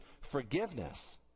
forgiveness